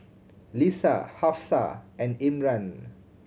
Lisa Hafsa and Imran